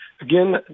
again